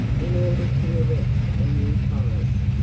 in order to erect a new forest,